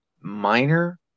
minor